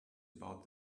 about